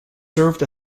served